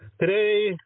Today